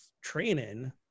training